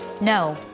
No